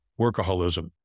workaholism